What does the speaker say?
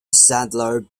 sandler